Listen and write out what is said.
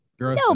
No